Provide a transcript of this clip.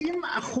90%